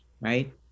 Right